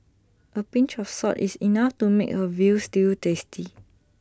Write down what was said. A pinch of salt is enough to make A Veal Stew tasty